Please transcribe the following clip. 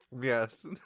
yes